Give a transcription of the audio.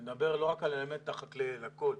אני מדבר לא רק על האלמנט החקלאי אלא הכול,